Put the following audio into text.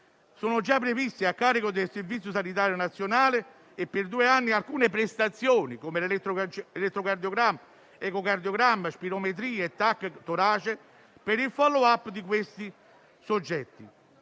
sono previste a carico del Servizio sanitario nazionale, per due anni, alcune prestazioni come elettrocardiogramma, ecocardiogramma, spirometria e TAC torace per il *follow-up* di quei soggetti,